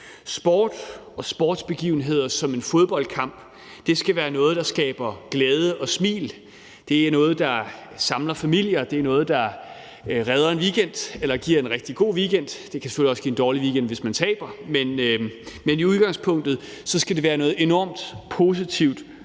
Sport og sportsbegivenheder som en fodboldkamp skal være noget, der skaber glæde og smil. Det er noget, der samler familier, det er noget, der redder en weekend eller giver en rigtig god weekend. Det kan selvfølgelig også give en dårlig weekend, hvis man taber, men i udgangspunktet skal det være noget enormt positivt,